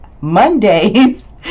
Mondays